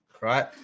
right